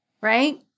right